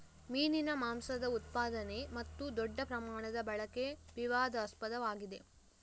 ಮೀನಿನ ಮಾಂಸದ ಉತ್ಪಾದನೆ ಮತ್ತು ದೊಡ್ಡ ಪ್ರಮಾಣದ ಬಳಕೆ ವಿವಾದಾಸ್ಪದವಾಗಿದೆ